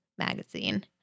Magazine